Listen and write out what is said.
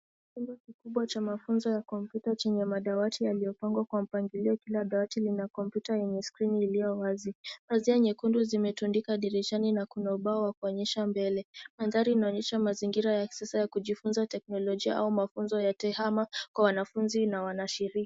Chumba kikubwa cha mafunzo ya kompyuta chenye madawati yaliyo pangwa kwa mpangilio kila dawati kina kompyuta iliyo wazi. Pazia nyekundu kimetundika dirishani na kuna ubao wa kuonyesha mbele. Mandhari inaonyesha mazingira ya kisasa ya kujifunza teknolojia au mafunzo ya tihama kwa wanafunzi na washirikaa.